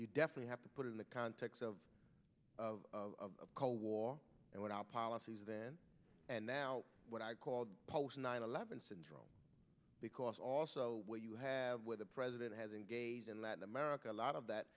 you definitely have to put it in the context of of cold war and what our policy is then and now what i call the post nine eleven syndrome because also what you have with the president has engaged in latin america a lot of that